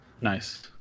Nice